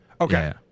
okay